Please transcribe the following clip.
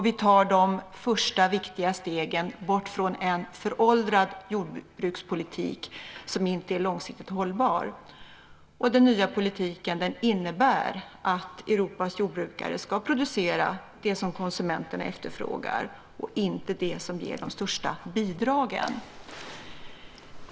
Vi tar de första viktiga stegen bort från en föråldrad jordbrukspolitik som inte är långsiktigt hållbar. Den nya politiken innebär att Europas jordbrukare ska producera det som konsumenterna efterfrågar, inte det som ger de största bidragen.